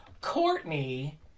Courtney